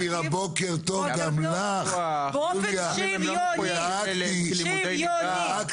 באופן שוויוני, שוויוני.